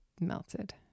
melted